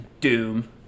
doom